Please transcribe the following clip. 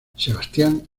sebastián